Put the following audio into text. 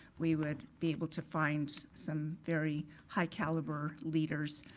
we would be able to find some very high caliber leaders.